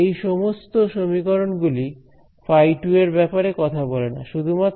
এই সমস্ত সমীকরণ গুলি φ2 এর ব্যাপারে কথা বলে না শুধুমাত্র φ1 এর ব্যাপারে কথা বলে